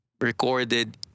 recorded